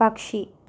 പക്ഷി